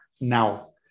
now